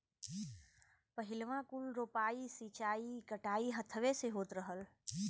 पहिलवाँ कुल रोपाइ, सींचाई, कटाई हथवे से होत रहल